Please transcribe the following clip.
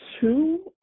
two